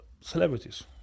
celebrities